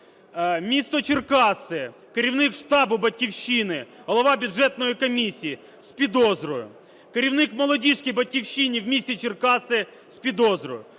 Місто Черкаси: керівник штабу "Батьківщини", голова бюджетної комісії – з підозрою. Керівник молодіжки в "Батьківщині" в місті Черкаси – з підозрою.